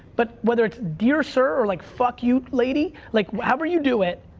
but whether it's dear sir or like fuck you, lady. like however you do it,